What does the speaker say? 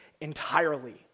entirely